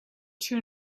two